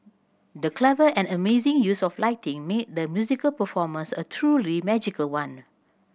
the clever and amazing use of lighting made the musical performance a truly magical one